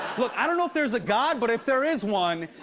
look, i don't know if there's a god but if there is one,